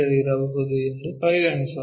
ಇರಬಹುದು ಎಂದು ಪರಿಗಣಿಸೋಣ